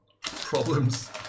problems